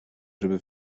żeby